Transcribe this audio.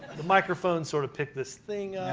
the microphone sort of picked this thing